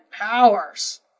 powers